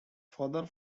father